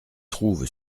trouve